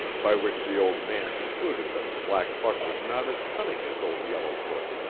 by which the old man concluded that the black buck was not as cunning as old yellowfoot.